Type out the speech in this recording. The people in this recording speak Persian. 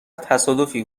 تصادفی